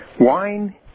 wine